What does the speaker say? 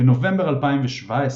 בנובמבר 2017,